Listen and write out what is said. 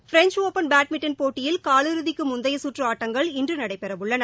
French Open badminton போட்டியில் காலிறுதிக்கு முந்தைய சுற்று ஆட்டங்கள் இன்று நடைபெறவுள்ளன